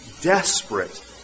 desperate